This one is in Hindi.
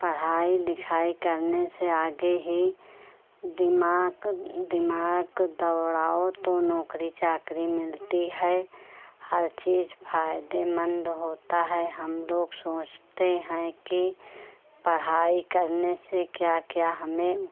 पढ़ाई लिखाई करने से आगे ही दिमाग़ दिमाग़ दौड़ाओ तो नौकरी चाकरी मिलती है हर चीज़ फ़ायदेमंद होती है हम लोग सोचते हैं कि पढ़ाई करने से क्या क्या हमें